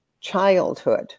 childhood